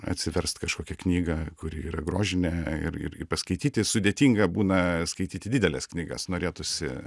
atsiverst kažkokią knygą kuri yra grožinė ir ir i paskaityti sudėtinga būna skaityti dideles knygas norėtųsi